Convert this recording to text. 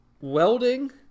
Welding